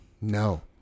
No